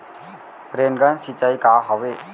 Rain gun सिंचाई का हवय?